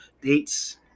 dates